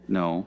no